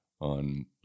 on